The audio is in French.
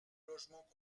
logements